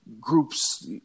groups